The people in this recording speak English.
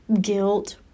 guilt